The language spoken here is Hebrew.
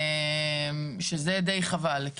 שזה חבל.